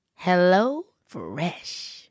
HelloFresh